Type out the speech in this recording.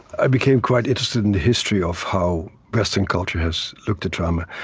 i became quite interested in history of how western culture has looked at trauma.